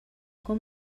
com